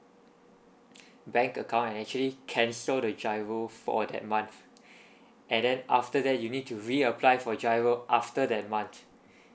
bank account and actually cancel the GIRO for that month and then after that you need to reapply for GIRO after that month